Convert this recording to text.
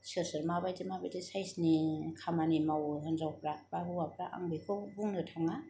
सोर सोर माबायदि माबायदि साइसनि खामानि मावो हिनजावफोरा बा हौवाफोरा आं बेखौ बुंनो थाङा